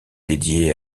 dédiée